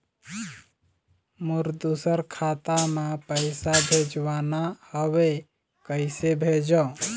मोर दुसर खाता मा पैसा भेजवाना हवे, कइसे भेजों?